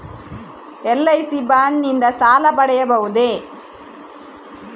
LIC bond ನಿಂದ ಸಾಲ ಪಡೆಯಬಹುದೇ?